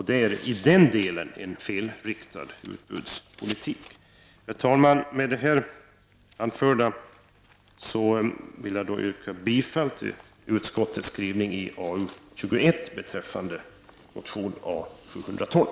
Det är i den delen en felriktad utbudspolitik. Herr talman! Med det anförda yrkar jag bifall till utskottets skrivning i betänkande AU21 beträffande motion A712.